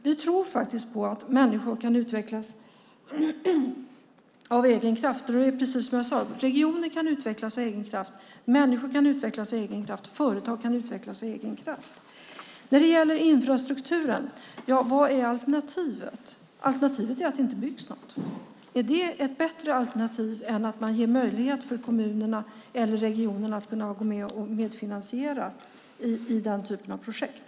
Vi tror på att människor kan utvecklas av egen kraft, och det var precis vad jag sade: Regioner kan utvecklas av egen kraft, människor kan utvecklas av egen kraft och företag kan utvecklas av egen kraft. När det gäller infrastrukturen undrar jag: Vad är alternativet? Alternativet är att det inte byggs något. Är det bättre än att man ger kommunerna eller regionerna möjlighet att medfinansiera den typen av projekt?